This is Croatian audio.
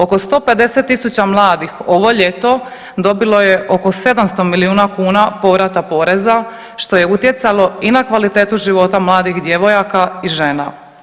Oko 150 tisuća mladih ovo ljeto dobilo je oko 700 milijuna kuna povrata poreza, što je utjecalo i na kvalitetu života mladih djevojaka i žena.